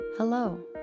Hello